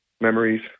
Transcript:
memories